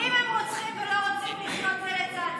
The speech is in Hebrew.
אם הם רוצחים ולא רוצים לחיות זה לצד זה,